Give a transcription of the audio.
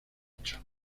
ocho